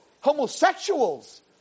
homosexuals